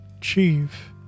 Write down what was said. chief